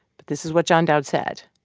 but this is what john dowd said.